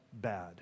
bad